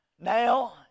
Now